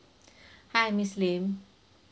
hi miss lim